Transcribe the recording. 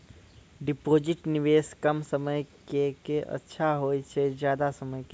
Deposit निवेश कम समय के के अच्छा होय छै ज्यादा समय के?